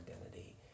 identity